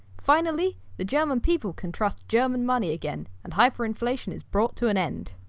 finally, the german people can trust german money again and hyperinflation is brought to an end.